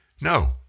No